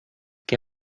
que